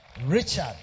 Richard